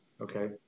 okay